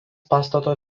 pastato